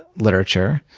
literature.